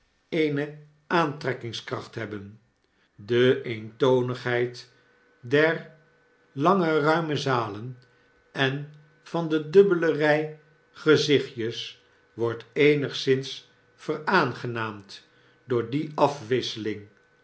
eene aantrekkingskracht hebben de eentonigheid der lange ruime zalen en van de dubbele rij gezichtjes wordt eenigszins veraangenaamd door die afwisseling